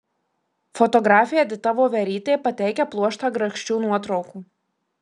fotografė edita voverytė pateikia pluoštą grakščių nuotraukų